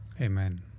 Amen